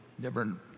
different